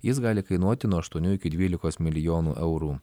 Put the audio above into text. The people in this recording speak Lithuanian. jis gali kainuoti nuo aštuonių iki dvylikos milijonų eurų